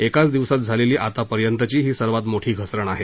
एकाच दिवसात झालेली आतापर्यंतची ही सर्वात मोठी घसरण आहे